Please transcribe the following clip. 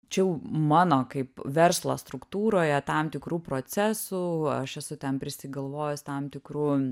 čia jau mano kaip verslo struktūroje tam tikrų procesų aš esu ten prisigalvojus tam tikrų